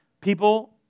people